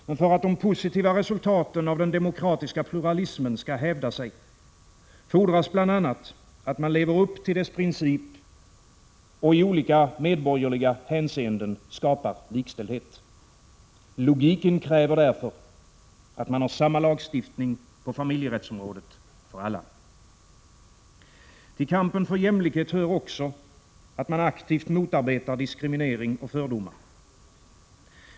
Men för att de positiva resultaten av den demokratiska pluralismen skall hävda sig fordras bl.a. att man lever upp till dess princip och i olika medborgerliga hänseenden skapar likställdhet. Logiken kräver därför att man har samma lagstiftning på familjerättsområdet för alla. Till kampen för jämlikhet hör också att man aktivt motarbetar diskriminering och fördomar.